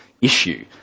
issue